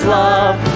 love